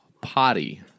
potty